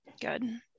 Good